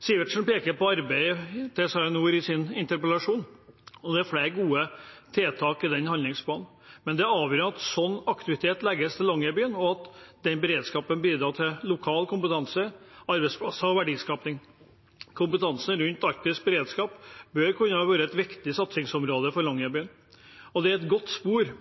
Sivertsen peker på arbeidet til SARiNOR i sin interpellasjon. Det er flere gode tiltak i den handlingsplanen, men det er avgjørende at slik aktivitet legges til Longyearbyen, og at den beredskapen bidrar til lokal kompetanse, arbeidsplasser og verdiskaping. Kompetansen rundt beredskap i Arktis bør kunne være et viktig satsingsområde for Longyearbyen, og det er et godt spor